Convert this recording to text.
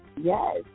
Yes